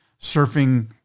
surfing